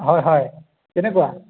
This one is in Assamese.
হয় হয় কেনেকুৱা